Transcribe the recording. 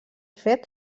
fet